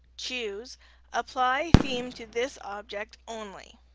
choose apply theme to this object only.